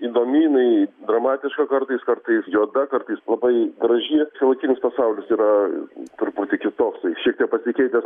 įdomi jinai dramatiška kartais kartais juoda kartais labai graži šiuolaikinis pasaulis yra truputį kitoks tai šiek tiek pasikeitęs